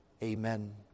Amen